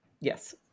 Yes